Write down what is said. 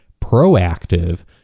proactive